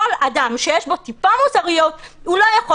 כל אדם שיש לו פה טיפה מוסריות, הוא לא יכול.